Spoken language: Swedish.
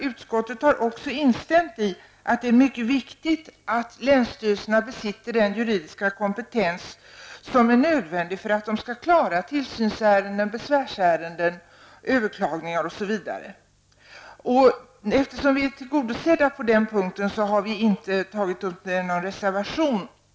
Utskottet har också instämt i att det är mycket viktigt att länsstyrelserna besitter den juridiska kompetens som är nödvändig för att de skall kunna klara tillsynsärenden, besvärsärenden, överklagningar osv. Eftersom vi är tillgodosedda på den punkten har vi inte tagit upp den i någon reservation.